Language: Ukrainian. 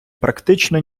практично